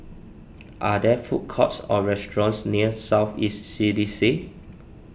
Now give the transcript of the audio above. are there food courts or restaurants near South East C D C